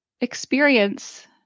experience